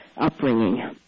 upbringing